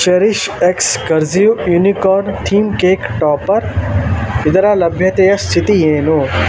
cherish x cursive unicorn theme cake topper ಇದರ ಲಭ್ಯತೆಯ ಸ್ಥಿತಿ ಏನು